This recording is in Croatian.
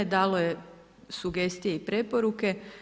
Dalo je sugestije i preporuke.